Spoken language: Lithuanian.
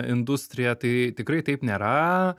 industrija tai tikrai taip nėra